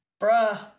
Bruh